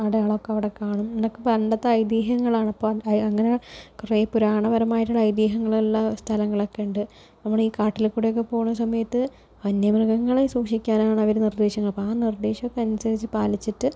അടയാളമൊക്കെ അവിടെ കാണും ഇതൊക്കെ പണ്ടത്തെ ഐതീഹ്യങ്ങളാണ് അപ്പം അങ്ങനെ കുറേ പുരാണപരമായിട്ടുള്ള ഐതിഹ്യങ്ങളുള്ള സ്ഥലങ്ങളൊക്കെ ഉണ്ട് നമ്മൾ ഈ കാട്ടിൽ കൂടൊക്കെ പോകണ സമയത്ത് വന്യ മൃഗങ്ങളെ സൂക്ഷിക്കാനാണവർ നിർദ്ദേശങ്ങൾ അപ്പം ആ നിർദ്ദേശമൊക്കെ അനുസരിച്ച് പാലിച്ചിട്ട്